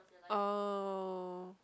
oh